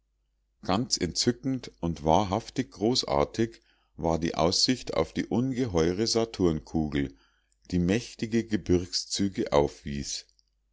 ganz entzückend und wahrhaft großartig war die aussicht auf die ungeheure saturnkugel die mächtige gebirgszüge aufwies